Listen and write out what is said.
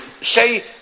say